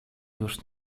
już